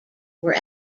were